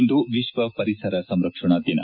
ಇಂದು ವಿಶ್ವ ಪರಿಸರ ಸಂರಕ್ಷಣಾ ದಿನ